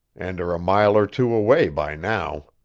and are a mile or two away by now.